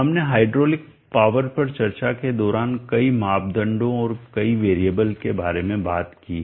हमने hydraulic power पर चर्चा के दौरान कई मापदंडों और कई वेरिएबल के बारे में बात की है